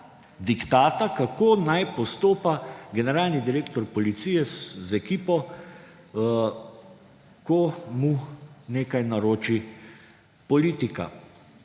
diktata, kako naj postopa generalni direktor policije z ekipo, ko mu nekaj naroči politika.